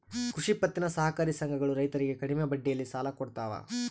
ಕೃಷಿ ಪತ್ತಿನ ಸಹಕಾರಿ ಸಂಘಗಳು ರೈತರಿಗೆ ಕಡಿಮೆ ಬಡ್ಡಿಯಲ್ಲಿ ಸಾಲ ಕೊಡ್ತಾವ